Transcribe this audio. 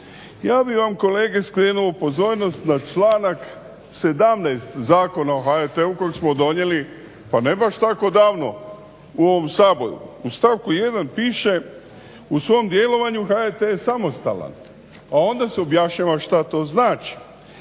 Ja bih vam kolege skrenuo pozornost na članak 17. Zakona o HRT-u kojeg smo donijeli pa ne baš tako davno u ovom Saboru. U stavku 1.piše "u svom djelovanju HRT je samostalan", a onda se objašnjava šta to znači